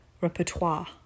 repertoire